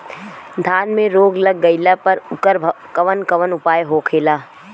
धान में रोग लग गईला पर उकर कवन कवन उपाय होखेला?